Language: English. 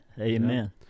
Amen